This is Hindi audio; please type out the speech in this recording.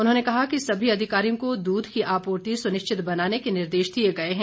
उन्होंने कहा कि सभी अधिकारियों को दूध की आपूर्ति सुनिश्चित बनाने के निर्देश दिए गए हैं